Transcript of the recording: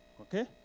Okay